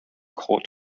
caught